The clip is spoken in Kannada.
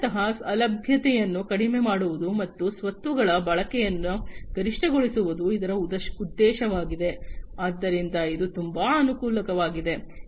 ಆದ್ದರಿಂದ ಮೂಲತಃ ಅಲಭ್ಯತೆಯನ್ನು ಕಡಿಮೆ ಮಾಡುವುದು ಮತ್ತು ಸ್ವತ್ತುಗಳ ಬಳಕೆಯನ್ನು ಗರಿಷ್ಠಗೊಳಿಸುವುದು ಇದರ ಉದ್ದೇಶವಾಗಿದೆ ಆದ್ದರಿಂದ ಇದು ತುಂಬಾ ಅನುಕೂಲಕರವಾಗಿದೆ